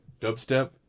dubstep